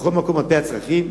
בכל מקום על-פי הצרכים,